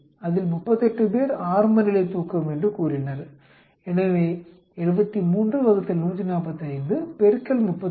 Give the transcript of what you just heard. அதில் 38 பேர் ஆரம்பநிலை தூக்கம் என்று கூறினர் எனவே 73 145 38